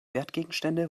wertgegenstände